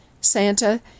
Santa